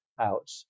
out